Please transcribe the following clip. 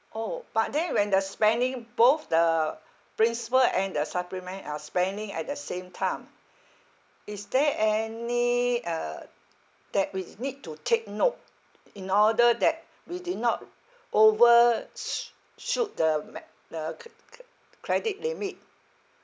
orh but then when the spending both the principal and the supplementary are spending at the same time is there any uh that we need to take note in order that we did not over sh~ shoot the max~ the c~ c~ credit limit